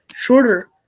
Shorter